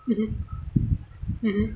mmhmm mmhmm